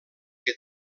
que